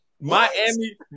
Miami